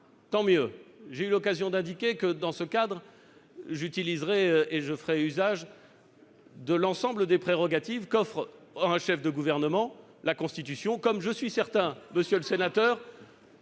Tant mieux ! J'ai eu l'occasion d'indiquer que, dans ce cadre, je ferai usage de l'ensemble des prérogatives qu'offre à un chef de gouvernement la Constitution, comme je suis certain, monsieur le sénateur,